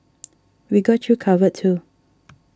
we got you covered too